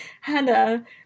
Hannah